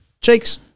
cheeks